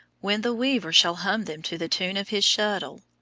when the weaver shall hum them to the tune of his shuttle,